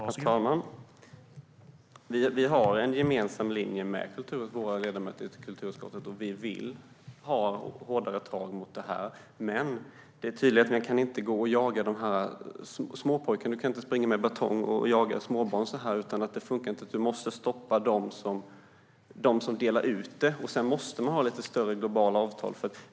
Herr talman! Vi har en gemensam linje med våra ledamöter i kulturutskottet. Vi vill ha hårdare tag mot detta. Men man kan inte jaga de här småpojkarna. Man kan inte springa med batong och jaga småbarn. Det funkar inte. Man måste stoppa dem som delar ut detta. Sedan måste man ha lite större globala avtal.